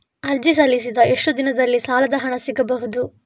ಅರ್ಜಿ ಸಲ್ಲಿಸಿದ ಎಷ್ಟು ದಿನದಲ್ಲಿ ಸಾಲದ ಹಣ ಸಿಗಬಹುದು?